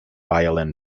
violin